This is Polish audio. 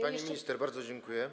Pani minister, bardzo dziękuję.